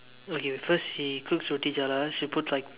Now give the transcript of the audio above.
okay first she cooks roti jala she puts like